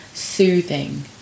soothing